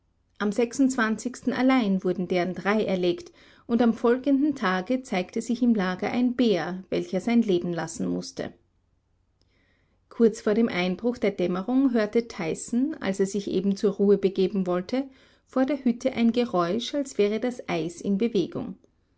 am allein wurden deren drei erlegt und am folgenden tage zeigte sich im lager ein bär welcher sein leben lassen mußte kurz nach dem einbruch der dämmerung hörte tyson als er sich eben zur ruhe begeben wollte vor der hütte ein geräusch als wäre das eis in bewegung